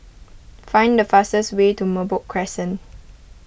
find the fastest way to Merbok Crescent